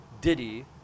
Diddy